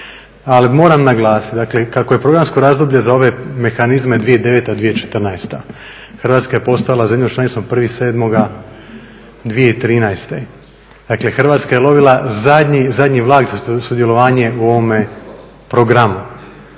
Ali moram naglasiti, dakle kako je programsko razdoblje za ove mehanizme 2009./2014. Hrvatska je postala zemljom članicom 1.7.2013. Dakle, Hrvatska je lovila zadnji vlak za sudjelovanje u ovome programu